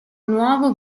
nuovo